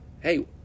hey